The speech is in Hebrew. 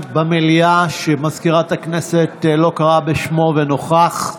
במליאה שמזכירת הכנסת לא קראה בשמו ונוכח?